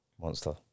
Monster